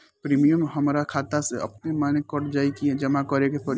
Premium हमरा खाता से अपने माने कट जाई की जमा करे के पड़ी?